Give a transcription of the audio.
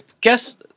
guess